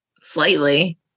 Slightly